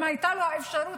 אם הייתה לו האפשרות,